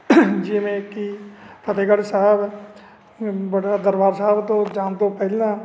ਜਿਵੇਂ ਕਿ ਫਤਿਹਗੜ੍ਹ ਸਾਹਿਬ ਬੜਾ ਦਰਬਾਰ ਸਾਹਿਬ ਤੋਂ ਜਾਣ ਤੋਂ ਪਹਿਲਾਂ